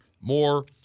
more